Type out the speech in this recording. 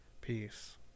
peace